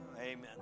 Amen